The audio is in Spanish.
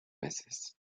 meses